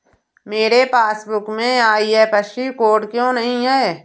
मेरे पासबुक में IFSC code क्यो नहीं है?